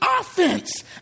offense